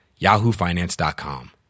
yahoofinance.com